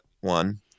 one